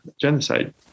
genocide